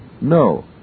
No